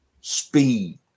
Speed